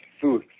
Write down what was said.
food